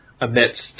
amidst